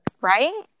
Right